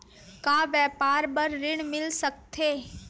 का व्यापार बर ऋण मिल सकथे?